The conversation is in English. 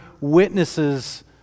witnesses